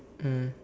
mm